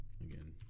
again